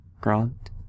Grant